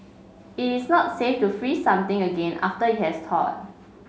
it is not safe to freeze something again after it has thawed